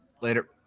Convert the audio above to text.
Later